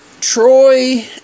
Troy